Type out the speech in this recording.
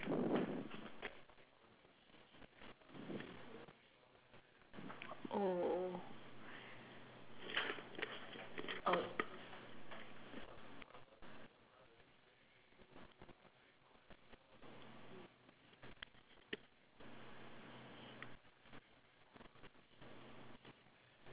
oh oh